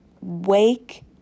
Wake